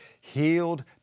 healed